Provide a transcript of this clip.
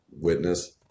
Witness